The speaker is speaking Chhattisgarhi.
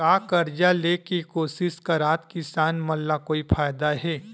का कर्जा ले के कोशिश करात किसान मन ला कोई फायदा हे?